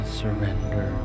surrender